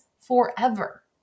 forever